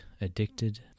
addicted